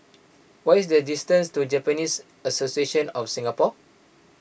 what is the distance to Japanese Association of Singapore